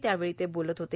त्यावेळी ते बोलत होते